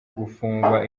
gupfungwa